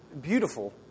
beautiful